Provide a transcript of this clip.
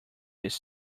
his